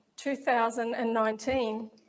2019